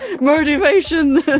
motivation